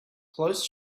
close